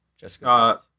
Jessica